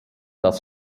das